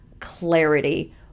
clarity